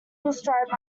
destroyed